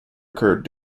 occurred